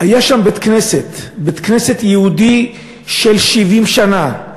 היה שם בית-כנסת, בית-כנסת יהודי בן 70 שנה,